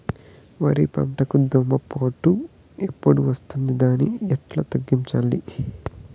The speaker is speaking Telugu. వరి పంటకు దోమపోటు ఎప్పుడు వస్తుంది దాన్ని ఎట్లా తగ్గించాలి?